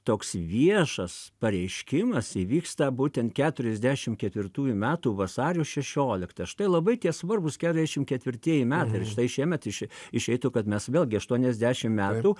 toks viešas pareiškimas įvyksta būtent keturiasdešim ketvirtųjų metų vasario šešioliktą štai labai tie svarbūs keturiasdešim ketvirtieji metai ir štai šiemet iš išeitų kad mes vėlgi aštuoniasdešim metų